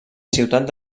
ciutat